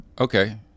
Okay